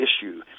issue